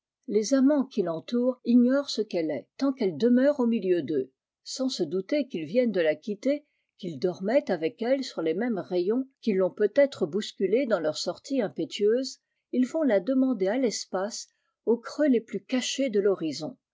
les amants qui l'entourent ignorent ce qu'elle est tant qu'elle demeure au milieu d'eux sans se douter qu'ils viennent de la quitter qu'ils dormaient avec elle sur les mêmes rayons qu'ils l'ont peut-être bousculée dans leur sortie impétueuse ils vont la demander à l'espace aux creux les plus cachés de